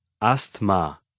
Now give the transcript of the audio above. Asthma